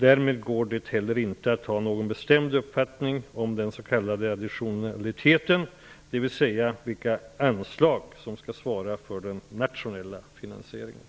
Därmed går det heller inte att ha någon bestämd uppfattning om den s.k. additionaliteten, dvs. vilka anslag som skall svara för den nationella finansieringen.